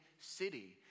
city